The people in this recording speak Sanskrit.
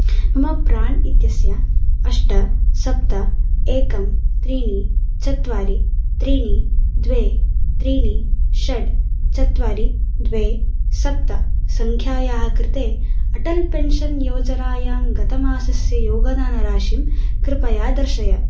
मम प्राण् इत्यस्य अष्ट सप्त एकम् त्रीणि चत्वारि त्रीणि द्वे त्रीणि षट् चत्वारि द्वे सप्त सङ्ख्यायाः कृते अटल् पेन्शन् योजनायां गतमासस्य योगदानराशिं कृपया दर्शय